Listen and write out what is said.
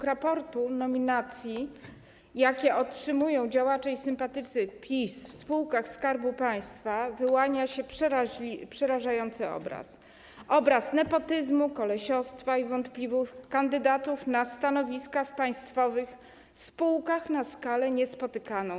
Z raportu w sprawie nominacji, jakie otrzymują działacze i sympatycy PiS w spółkach Skarbu Państwa, wyłania się przerażający obraz: obraz nepotyzmu, kolesiostwa i wątpliwych kandydatów na stanowiska w państwowych spółkach na skalę dotąd niespotykaną.